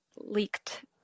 leaked